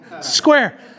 Square